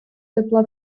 тепла